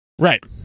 Right